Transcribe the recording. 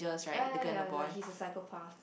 ya ya ya ya like he's a psychopath